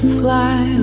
fly